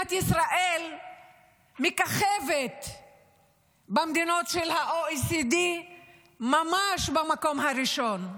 מדינת ישראל מככבת במדינות של ה-OECD ממש במקום הראשון,